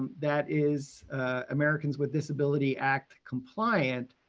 that is americans with disabilities act compliant.